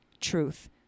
truth